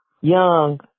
young